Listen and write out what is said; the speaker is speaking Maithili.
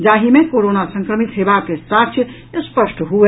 जाहि मे कोरोना संक्रमित हेबाक साक्ष्य स्पष्ट होबय